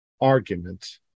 argument